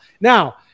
Now